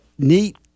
Neat